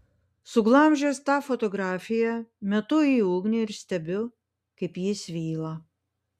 suglamžęs tą fotografiją metu į ugnį ir stebiu kaip ji svyla